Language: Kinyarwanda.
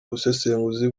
ubusesenguzi